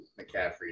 McCaffrey